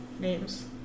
names